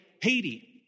Haiti